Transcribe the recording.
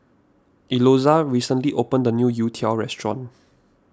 recently opened a new Youtiao restaurant